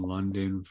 London